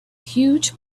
huge